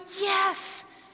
Yes